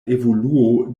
evoluo